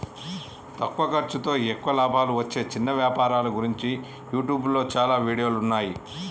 తక్కువ ఖర్సుతో ఎక్కువ లాభాలు వచ్చే చిన్న వ్యాపారాల గురించి యూట్యూబ్లో చాలా వీడియోలున్నయ్యి